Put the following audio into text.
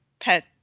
pet